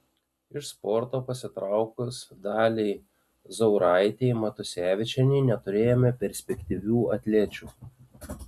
iš sporto pasitraukus daliai zauraitei matusevičienei neturėjome perspektyvių atlečių